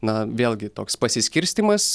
na vėlgi toks pasiskirstymas